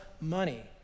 money